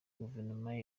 guverinoma